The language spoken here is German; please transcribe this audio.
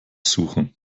suchen